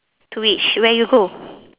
to which where you go